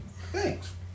Thanks